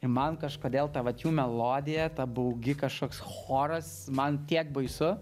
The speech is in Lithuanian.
man kažkodėl ta vat jų melodija ta baugi kažkoks choras man tiek baisu